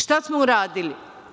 Šta smo uradili?